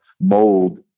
mold